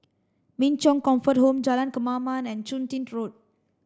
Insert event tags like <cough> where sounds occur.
Min Chong Comfort Home Jalan Kemaman and Chun Tin <unintelligible>